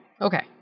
okay